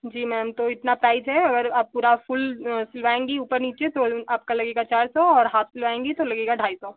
जी ma'am तो इतना price है और आप पूरा फुल सिलवाएँगी ऊपर नीचे तो आपका लगेगा चार सौ और हाफ सिलवाएँगी तो लगेगा ढाई सौ